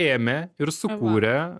ėmė ir sukūrė